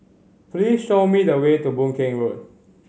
please show me the way to Boon Keng Road